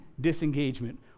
disengagement